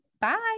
Bye